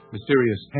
mysterious